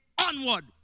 onward